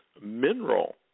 mineral